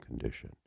condition